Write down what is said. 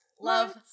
Love